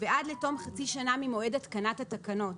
ועד לתום חצי שנה ממועד התקנת התקנות.